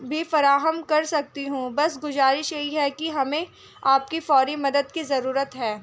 بھی فراہم کر سکتی ہوں بس گزارش یہی ہے کہ ہمیں آپ کی فوری مدد کی ضرورت ہے